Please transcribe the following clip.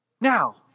Now